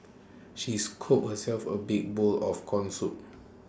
she scooped herself A big bowl of Corn Soup